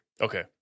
Okay